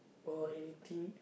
or anything